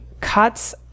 cuts